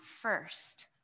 first